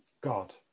God